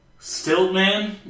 Stiltman